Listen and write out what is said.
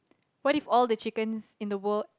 what if all the chickens in the world